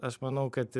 aš manau kad